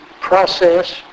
process